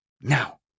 Now